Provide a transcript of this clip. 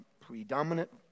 predominant